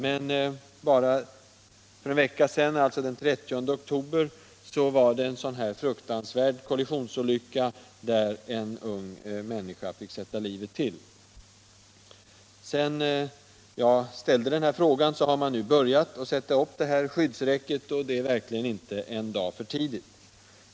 Men bara för en vecka sedan — den 30 oktober — skedde en fruktansvärd kollisionsolycka, där en ung människa fick sätta livet till. Sedan jag ställde den här frågan har man börjat sätta upp skyddsräcket, och det är verkligen inte en dag för tidigt.